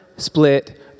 split